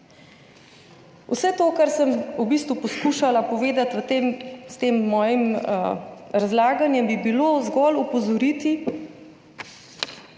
Vse to, kar sem v bistvu poskušala povedati s tem mojim razlaganjem, je bilo zgolj opozoriti